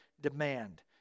demand